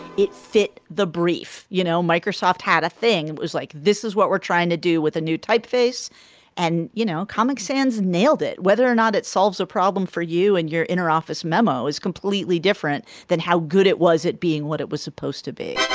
it fit the brief. you know microsoft had a thing was like this is what we're trying to do with a new typeface and you know comic sans nailed it. whether or not it solves a problem for you and your interoffice memo is completely different than how good it was at being what it was supposed to be.